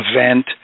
event